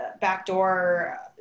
backdoor